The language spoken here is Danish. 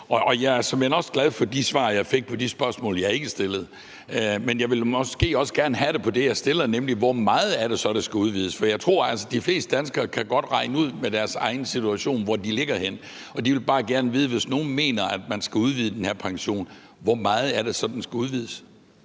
Og jeg er såmænd også glad for de svar, jeg fik på de spørgsmål, jeg ikke stillede. Men jeg ville måske også gerne have det på det spørgsmål, jeg stiller, nemlig hvor meget det så er, det skal udvides. For jeg tror altså, de fleste danskere godt kan regne ud med deres egen situation, hvor de ligger. De vil bare gerne, hvis nogen mener, at man skal udvide den her pension, vide, hvor meget det så er, den skal udvides.